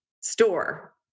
store